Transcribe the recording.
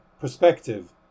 perspective